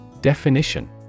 Definition